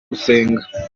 gusenga